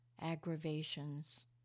aggravations